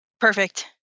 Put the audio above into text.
Perfect